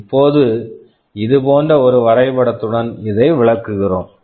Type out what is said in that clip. இப்போது இது போன்ற ஒரு வரைபடத்துடன் இதை விளக்குகிறோம்